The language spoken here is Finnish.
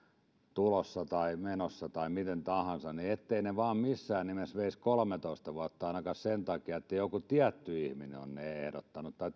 tulossa tai menossa tai miten tahansa niin ne eivät vaan missään nimessä veisi kolmeatoista vuotta ainakaan sen takia että joku tietty ihminen on niitä ehdottanut tai